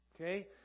okay